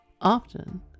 Often